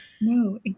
No